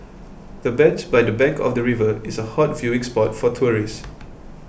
the bench by the bank of the river is a hot viewing spot for tourists